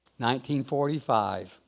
1945